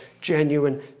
genuine